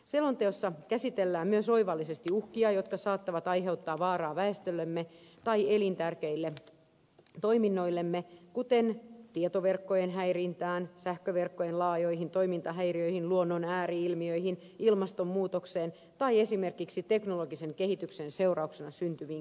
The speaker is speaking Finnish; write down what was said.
selonteossa käsitellään myös oivallisesti uhkia jotka saattavat aiheuttaa vaaraa väestöllemme tai elintärkeille toiminnoillemme kuten tietoverkkojen häirintä sähköverkkojen laajat toimintahäiriöt luonnon ääri ilmiöt ilmastonmuutos tai esimerkiksi teknologisen kehityksen seurauksena syntyvät konfliktit